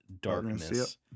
Darkness